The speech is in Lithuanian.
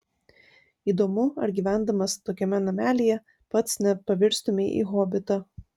įdomu ar gyvendamas tokiame namelyje pats nepavirstumei į hobitą